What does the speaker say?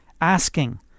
asking